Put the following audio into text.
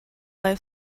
life